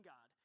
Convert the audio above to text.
God